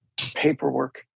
paperwork